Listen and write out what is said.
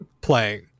playing